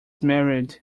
married